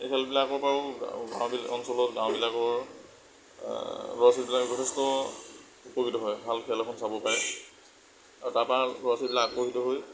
এই খেলবিলাকৰ পৰাও গাঁও অঞ্চলত গাঁওবিলাকৰ ল'ৰা ছোৱালীবিলাক যথেষ্ট উপকৃত হয় ভাল খেল এখন চাব পাৰে তাৰ পৰা ল'ৰা ছোৱালীবিলাক আকৰ্ষিত হৈ